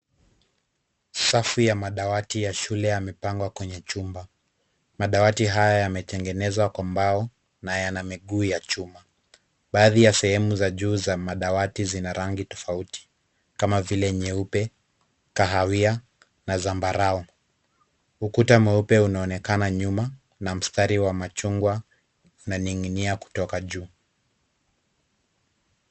Safu ya madawati ya shule yamepangwa kwenye chumba. Madawati haya yametengenezwa kwa mbao na yana miguu ya chuma. Baadhi ya sehemu za juu za madawati zina rangi tofauti kama vile nyeupe, kahawia na zambarau. Ukuta mweupe unaonekana nyuma na mstari wa machungwa unaning'inia kutoka juu.